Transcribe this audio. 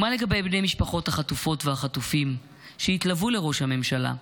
ומה לגבי משפחות החטופות והחטופים שהתלוו לראש הממשלה,